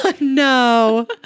no